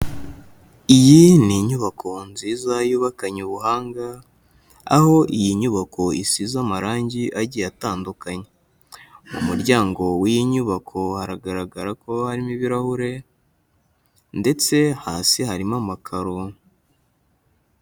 Iyi ni inyubako nziza yubakanye ubuhanga, aho iyi nyubako isize amarangi agiye atandukanye. Mu muryango w'iyi nyubako haragaragara ko harimo ibirahure, ndetse hasi harimo amakaro.